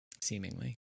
seemingly